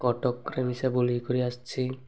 କଟକରେ ମିିଶା ବୁଲେଇ କରି ଆସିଛି